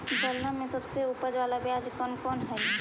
दलहन में सबसे उपज बाला बियाह कौन कौन हइ?